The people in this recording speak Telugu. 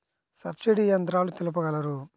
సబ్సిడీ యంత్రాలు తెలుపగలరు?